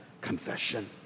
confession